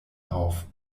auf